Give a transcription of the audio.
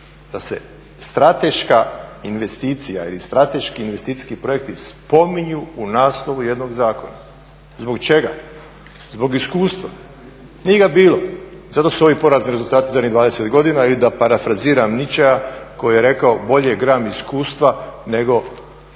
da se strateška investicija ili strateški investicijski projekti spominju u naslovu jednog zakona. Zbog čega? Zbog iskustva. Nije ga bilo. Zato su ovi porazni rezultati zadnjih 20 godina ili da parafraziram Nietschea koji je rekao bolje gram iskustva nego